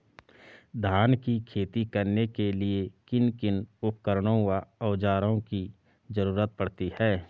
धान की खेती करने के लिए किन किन उपकरणों व औज़ारों की जरूरत पड़ती है?